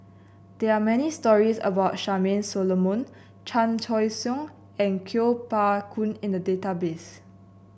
there are many stories about Charmaine Solomon Chan Choy Siong and Kuo Pao Kun in the database